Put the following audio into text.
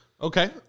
okay